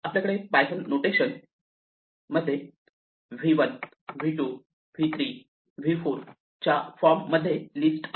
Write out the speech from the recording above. आपल्याकडे Python notation मध्ये v1 v2 v3 v4 च्या फॉर्म मध्ये लिस्ट आहे